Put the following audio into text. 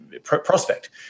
prospect